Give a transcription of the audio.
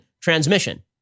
transmission